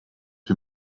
wir